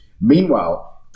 Meanwhile